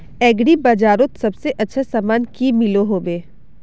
Agri बजारोत सबसे अच्छा सामान की मिलोहो होबे?